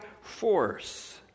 force